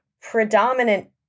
predominant